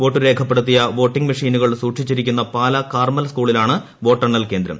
വോട്ടു രേഖപ്പെടുത്തിയ വോട്ടിംഗ് മെഷീനുകൾ സൂക്ഷിച്ചിരിക്കുന്ന പാലാ കാർമ്മൽ സ്കൂളിലാണ് വോട്ടെണ്ണൽ കേന്ദ്രം